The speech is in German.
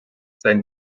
sein